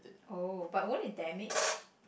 oh but won't it damage